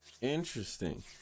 Interesting